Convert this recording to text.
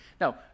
Now